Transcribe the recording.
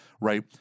right